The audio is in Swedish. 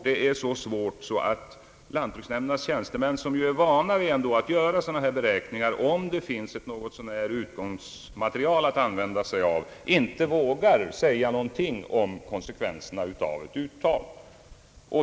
Det är så svårt att lantbruksnämndernas tjänstemän, som ändå är vana vid att göra beräkningar om det finns ett något så när säkert utgångsmaterial att använda sig av, inte vågar säga någonting om skattekonsekvenserna av ett uttag.